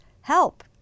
help